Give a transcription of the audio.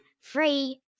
free